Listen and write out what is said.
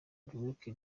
derek